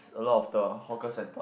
a lot of the hawker centre